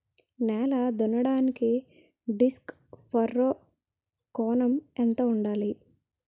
నేల దున్నడానికి disc furrow కోణం ఎంత ఉండాలి?